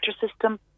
system